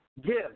give